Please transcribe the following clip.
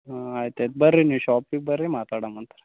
ಹಾಂ ಆಯ್ತು ಆಯ್ತು ಬನ್ರಿ ನೀವು ಷಾಪಿಗೆ ಬನ್ರಿ ಮಾತಾಡಣಂತೆ ರೀ